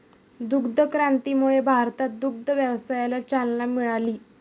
दुग्ध क्रांतीमुळे भारतात दुग्ध व्यवसायाला चालना मिळाली